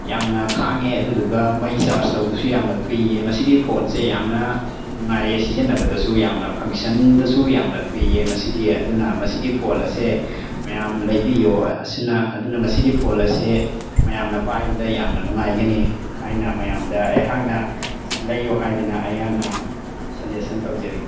ꯌꯥꯝꯅ ꯈꯥꯡꯉꯦ ꯑꯗꯨꯗꯨꯒ ꯃꯩ ꯆꯥꯔꯖ ꯇꯧꯕꯗꯁꯨ ꯌꯥꯝꯅ ꯊꯨꯏꯌꯦ ꯃꯁꯤꯒꯤ ꯐꯣꯟꯁꯦ ꯌꯥꯝꯅ ꯅꯨꯡꯉꯥꯏꯌꯦ ꯁꯤꯖꯤꯟꯅꯕꯗꯁꯨ ꯌꯥꯝꯅ ꯐꯪꯁꯟꯗꯁꯨ ꯌꯥꯝꯅ ꯊꯨꯏꯌꯦ ꯃꯁꯤꯒꯤ ꯑꯗꯨꯅ ꯃꯁꯤꯒꯤ ꯐꯣꯟ ꯑꯁꯦ ꯃꯌꯥꯝ ꯂꯩꯕꯤꯌꯣ ꯑꯗꯨꯅ ꯃꯁꯤꯒꯤ ꯐꯣꯟ ꯑꯁꯦ ꯃꯌꯥꯝꯅ ꯄꯥꯏꯕꯗ ꯌꯥꯝꯅ ꯅꯨꯡꯉꯥꯏꯒꯅꯤ ꯍꯥꯏꯅ ꯃꯌꯥꯝꯗ ꯑꯩꯍꯥꯛꯅ ꯁꯤ ꯂꯩꯌꯣ ꯍꯥꯏꯗꯅ ꯑꯩꯍꯥꯛꯅ ꯁꯖꯦꯁꯟ ꯇꯧꯖꯔꯤ